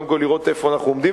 קודם כול לראות איפה אנחנו עומדים.